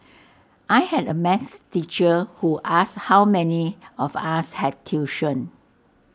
I had A math teacher who asked how many of us had tuition